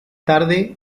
tarde